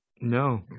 No